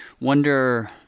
wonder